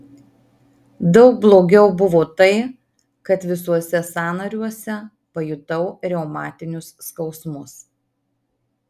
daug blogiau buvo tai kad visuose sąnariuose pajutau reumatinius skausmus